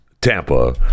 Tampa